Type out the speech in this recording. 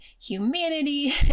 humanity